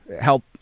help